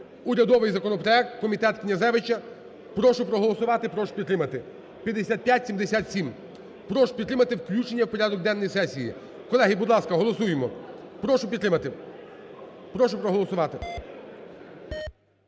Урядовий законопроект, комітет Князевича. Прошу проголосувати, прошу підтримати 5577. Прошу підтримати включення в порядок денний сесії. Колеги, будь ласка, голосуємо. Прошу підтримати. Прошу проголосувати.